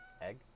Egg